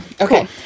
Okay